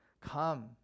Come